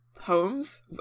homes